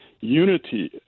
unity